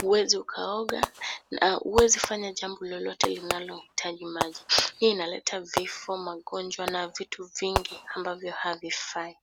huwezi ukaoga na huwezi fanya jambo lolote linalohitaji maji. Hii inaleta vifo, magonjwa na vitu vingi ambavyo havifai.